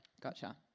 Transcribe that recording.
Gotcha